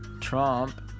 trump